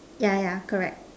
yeah yeah correct